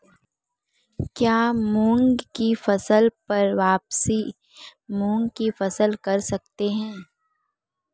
क्या मूंग की फसल पर वापिस मूंग की फसल कर सकते हैं?